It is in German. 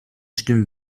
stimmen